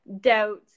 doubts